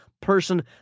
person